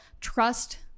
trust